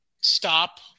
Stop